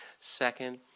Second